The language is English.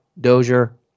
Dozier